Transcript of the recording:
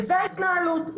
וזאת ההתנהלות.